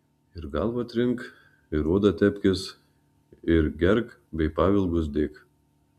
ir galvą trink ir odą tepkis ir gerk bei pavilgus dėk